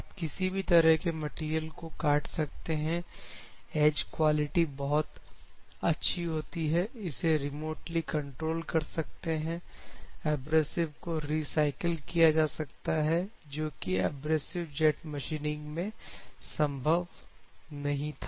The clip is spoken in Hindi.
आप किसी भी तरह के मटेरियल को काट सकते हैं एज क्वालिटी बहुत अच्छी होती है इसे रीमोटली कंट्रोल कर सकता है एब्रेसिव को रिसाइकल किया जा सकता है जो कि एब्रेजिव जेट मशीनिंग में संभव नहीं था